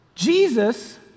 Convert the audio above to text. Jesus